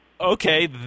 okay